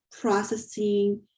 processing